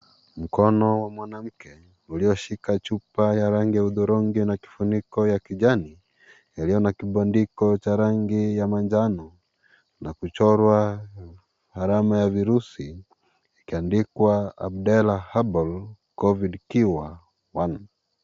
Mkono wa mwanamke ulioshika chupa ya rangi ya hudhurungi na kifuniko ya kijani yaliyo na kibandiko ya rangi ya manjano na kuchorwa alama ya virusi ikiandikwa Abdela herbal covid cure 1 .